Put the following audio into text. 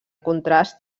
contrast